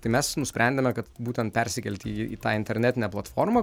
tai mes nusprendėme kad būtent persikelti į tą internetinę platformą